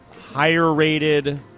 Higher-rated